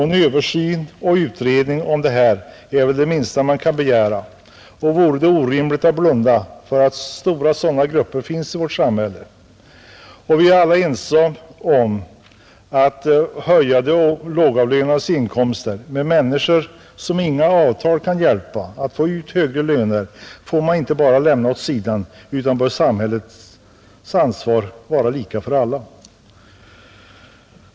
En översyn och utredning om detta är väl det minsta man kan begära, och det vore orimligt att blunda för att stora sådana grupper finns i vårt samhälle. Vi är alla ense om att höja de lågavlönades inkomster, men människor som inga avtal kan hjälpa att få ut högre löner får man inte bara lämna åt sidan, utan samhällets ansvar bör vara lika för alla.